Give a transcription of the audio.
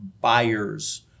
buyers